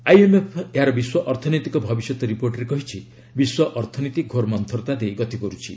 IMF ଏହାର ବିଶ୍ୱ ଅର୍ଥନୈତିକ ଭବିଷ୍ୟତ ରିପୋର୍ଟରେ କହିଛି ବିଶ୍ୱ ଅର୍ଥନୀତି ଘୋର ମନ୍ଥରତା ଦେଇ ଗତି କରୁଛି